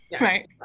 Right